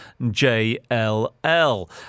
JLL